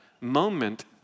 moment